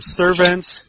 servants